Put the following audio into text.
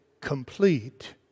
complete